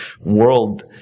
world